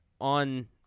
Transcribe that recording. on